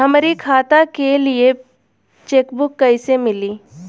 हमरी खाता के लिए चेकबुक कईसे मिली?